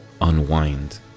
unwind